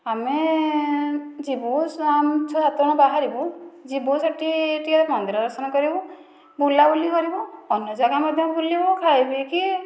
ଆମେ ଯିବୁ ଛଅ ସାତ ଜଣ ବାହାରିବୁ ଯିବୁ ସେଠି ଟିକେ ମନ୍ଦିର ଦର୍ଶନ କରିବୁ ବୁଲାବୁଲି କରିବୁ ଅନ୍ୟ ଜାଗା ମଧ୍ୟ ବୁଲିବୁ ଖାଇପିଇକି